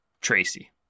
Tracy